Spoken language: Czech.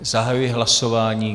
Zahajuji hlasování.